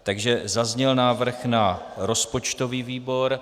Takže zazněl návrh na rozpočtový výbor.